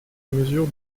mesure